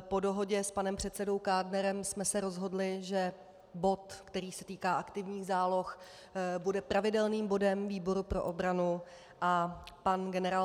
po dohodě s panem předsedou Kádnerem jsme se rozhodli, že bod, který se týká aktivních záloh, bude pravidelným bodem výboru pro obranu a pan genpor.